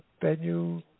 venue